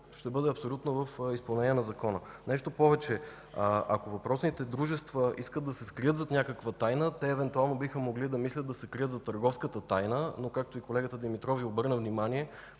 ще бъде абсолютно в изпълнение на Закона. Нещо повече, ако въпросните дружества искат да се скрият зад някаква тайна, те евентуално биха могли да мислят да се крият зад търговската тайна, но, както и колегата Димитров Ви обърна внимание,